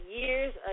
years